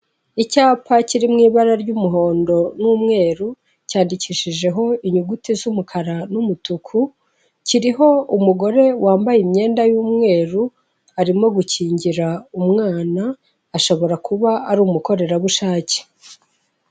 Icyapa kiri mu ibara ry'umuhondo n'umweru cyandikishijeho inyuguti z'umukara n'umutuku kiriho umugore wambaye imyenda y'umweru arimo gukingira umwana ashobora kuba ari umukorerabushake.